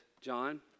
John